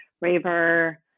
raver